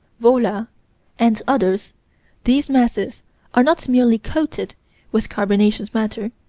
wohler and others these masses are not merely coated with carbonaceous matter,